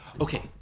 okay